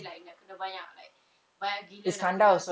like kena banyak like banyak gila nak kena